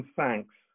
thanks